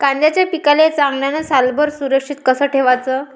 कांद्याच्या पिकाले चांगल्यानं सालभर सुरक्षित कस ठेवाचं?